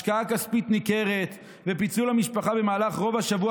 השקעה כספית ניכרת ופיצול המשפחה במהלך רוב השבוע,